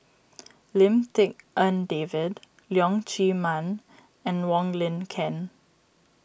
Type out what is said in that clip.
Lim Tik En David Leong Chee Mun and Wong Lin Ken